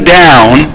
down